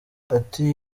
ati